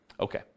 okay